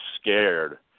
scared